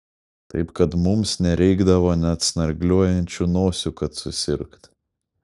taip kad mums nereikdavo net snargliuojančių nosių kad susirgt